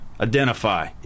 identify